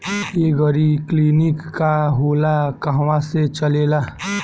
एगरी clinic का होला कहवा से चलेँला?